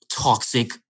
toxic